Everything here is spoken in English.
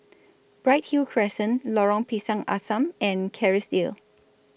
Bright Hill Crescent Lorong Pisang Asam and Kerrisdale